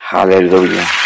Hallelujah